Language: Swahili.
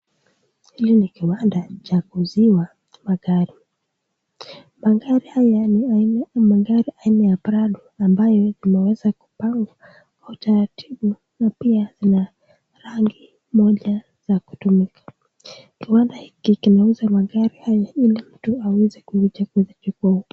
Hiki ni kiwanda cha kuuziwa magari, mgari haya ni aina ya prado ambayo imeweza kuoangwa kwa utaratibu na pia zina rangi moja ya kutumika, kiwanda kinauza magari haya ili mtu aweze kuyakujia huku.